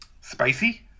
spicy